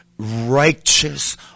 Righteous